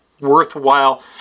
worthwhile